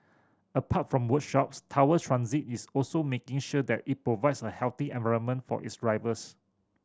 apart from workshops Tower Transit is also making sure that it provides a healthy environment for its drivers